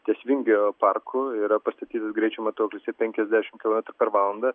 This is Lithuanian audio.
ties vingio parku yra pastatytas greičio matuoklis ir penkiasdešimt kilometrų per valandą